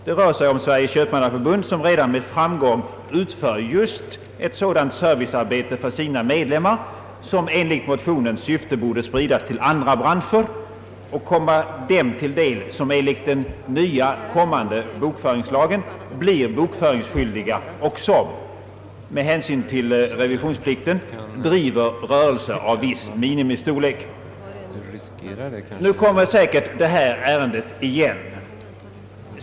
Det rör sig om Sveriges köpmannaförbund som redan med framgång för sina medlemmar utför just ett sådant servicearbete som enligt motionens syfte borde spridas till andra branscher och komma de företag till del som enligt den kommande nya bokföringslagen blir bokföringsskyldiga och som — med hänsyn till revisionsplikten — driver rörelse av viss minimistorlek. Ärendet kommer säkert igen.